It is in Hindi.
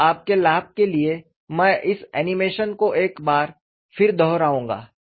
अब आपके लाभ के लिए मैं इस एनिमेशन को एक बार फिर दोहराऊंगा